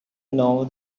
know